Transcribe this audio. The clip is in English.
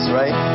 right